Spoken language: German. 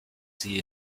sie